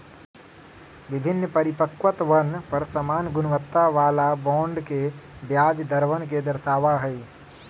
विभिन्न परिपक्वतवन पर समान गुणवत्ता वाला बॉन्ड के ब्याज दरवन के दर्शावा हई